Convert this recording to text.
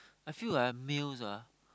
I feel like males ah